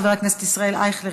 חבר הכנסת ישראל אייכלר,